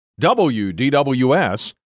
WDWS